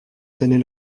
traîner